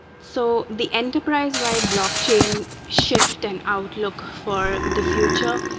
so the enterprise-wide blockchain shift and outlook for the future,